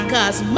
Cause